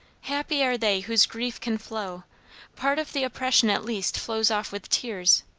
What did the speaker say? happy are they whose grief can flow part of the oppression, at least, flows off with tears,